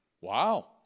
Wow